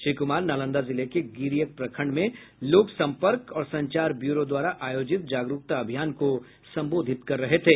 श्री कुमार नालंदा जिले के गिरियक प्रखंड में लोक संपर्क और संचार ब्यूरो द्वारा आयोजित जागरूकता अभियान को संबोधित कर रहे थे